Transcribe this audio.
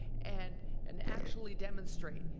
and and actually demonstrate,